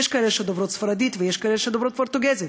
יש שם כאלה שדוברות ספרדית ויש כאלה שדוברות פורטוגזית.